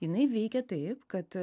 jinai veikia taip kad